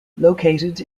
located